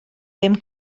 ddim